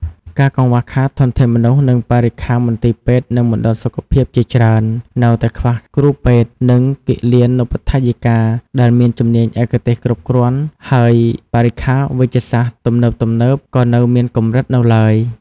ការកង្វះខាតធនធានមនុស្ស និងបរិក្ខារ មន្ទីរពេទ្យ និងមណ្ឌលសុខភាពជាច្រើននៅតែខ្វះគ្រូពេទ្យ និងគិលានុបដ្ឋាយិកាដែលមានជំនាញឯកទេសគ្រប់គ្រាន់ ហើយបរិក្ខារវេជ្ជសាស្ត្រទំនើបៗក៏នៅមានកម្រិតនៅឡើយ។